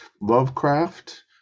Lovecraft